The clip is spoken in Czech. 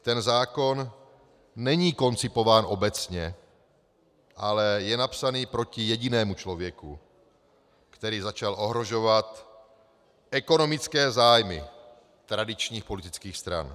Ten zákon není koncipován obecně, ale je napsán proti jedinému člověku, který začal ohrožovat ekonomické zájmy tradičních politických stran.